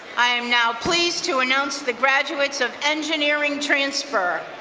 i am now pleased to announce the graduates of engineering transfer.